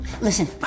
Listen